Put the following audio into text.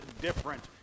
different